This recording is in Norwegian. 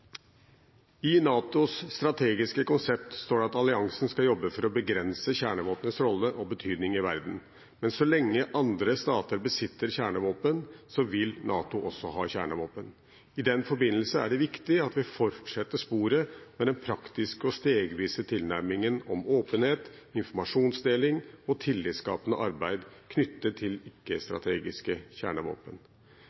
I NATOs strategiske konsept står det at alliansen skal jobbe for å begrense kjernevåpenets rolle og betydning i verden. Men så lenge andre stater besitter kjernevåpen, vil NATO også ha kjernevåpen. I den forbindelse er det viktig at vi fortsetter sporet med den praktiske og stegvise tilnærmingen om åpenhet, informasjonsdeling og tillitsskapende arbeid knyttet til